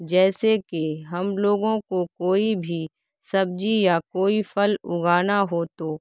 جیسے کی ہم لوگوں کو کوئی بھی سبزی یا کوئی پھل اگانا ہو تو